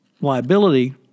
liability